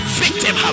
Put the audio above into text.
victim